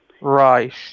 Right